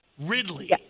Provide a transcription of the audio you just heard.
Ridley